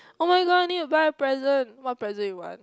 [oh]-my-god I need to buy a present what present you want